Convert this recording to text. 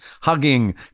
hugging